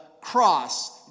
cross